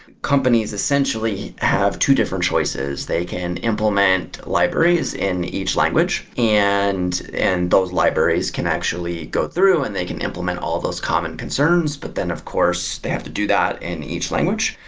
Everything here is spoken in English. companies essentially have two different choices. they can implement libraries in each language and and those libraries can actually go through and they can implement all those common concerns. but then, of course, they have to do that in each language,